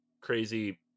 crazy